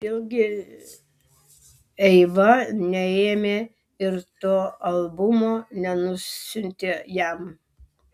kodėl gi eiva neėmė ir to albumo nenusiuntė jam